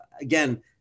again